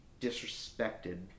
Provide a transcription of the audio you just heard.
disrespected